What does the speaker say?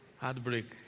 Heartbreak